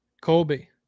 Colby